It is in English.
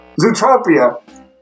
Zootopia